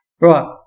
Right